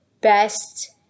best